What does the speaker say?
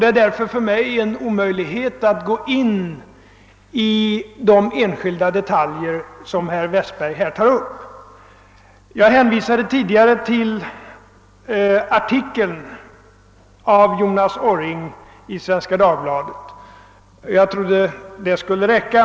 Det är därför omöjligt för mig att gå in på de enskilda detaljer som herr Westberg i Ljusdal här tagit upp. Jag hänvisade tidigare till en artikel av Jonas Orring i Svenska Dagbladet, och jag trodde det skulle räcka.